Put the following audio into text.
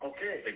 Okay